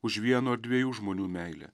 už vieno ar dviejų žmonių meilę